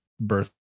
birth